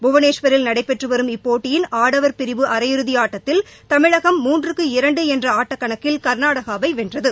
புவனேஸ்வரில் நடைபெற்று வரும் இப்போட்டியின் ஆடவர் பிரிவு அரையிறதி ஆட்டத்தில் தமிழகம் மூன்றுக்கு இரண்டு என்ற ஆட்டக்கணக்கில் கர்நாடகாவை வென்றது